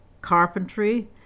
carpentry